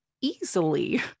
easily